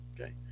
okay